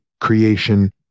creation